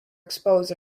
exposed